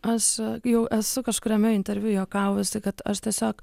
aš jau esu kažkuriame interviu juokavusi kad aš tiesiog